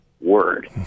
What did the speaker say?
word